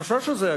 החשש הזה,